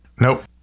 Nope